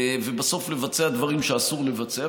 ובסוף לבצע דברים שאסור לבצע,